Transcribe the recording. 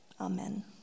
Amen